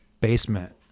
basement